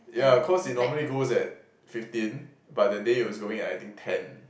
yeah cause it normally goes at fifteen but that day it was going at I think ten